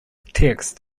text